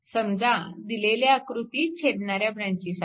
समजा दिलेल्या आकृतीत छेदणाऱ्या ब्रॅंचेस आहेत